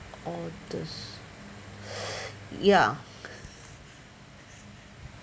orders ya